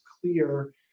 clear